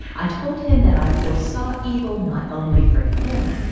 i told him that i foresaw evil not only for him,